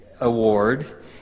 award